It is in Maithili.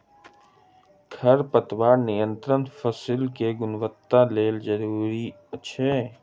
खरपतवार नियंत्रण फसील के गुणवत्ताक लेल जरूरी अछि